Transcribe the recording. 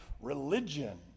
religion